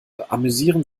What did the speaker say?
amüsieren